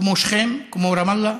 כמו שכם, כמו רמאללה.